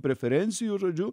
preferencijų žodžiu